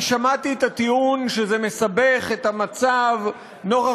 אני שמעתי את הטיעון שזה מסבך את המצב נוכח